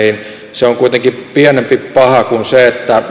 on kuitenkin pienempi paha kuin se että